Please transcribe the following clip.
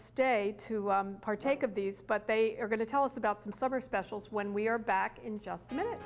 stay to partake of these but they are going to tell us about some summer specials when we are back in just a minute